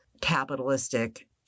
capitalistic